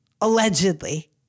allegedly